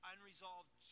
unresolved